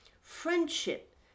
Friendship